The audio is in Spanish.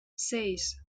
seis